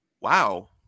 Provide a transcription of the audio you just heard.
wow